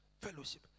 fellowship